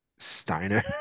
Steiner